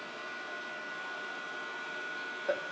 but